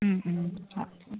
okay